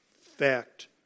Fact